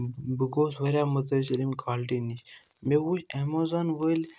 بہٕ گوٚوُس واریاہ مُتٲثر امہِ کولٹی نِش مےٚ وٕچھ ایمیزان وٲلۍ